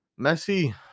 Messi